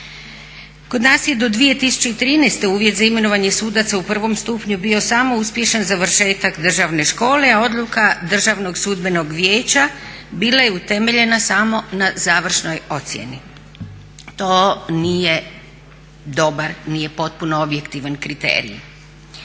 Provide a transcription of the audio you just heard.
Kod nas je do 2013. uvjet za imenovanje sudaca u prvom stupnju bio samo uspješan završetak državne škole a odluka Državnog sudbenog vijeća bila je utemeljena samo na završnoj ocjeni. To nije dobar, nije potpuno objektivan kriterij.